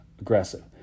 aggressive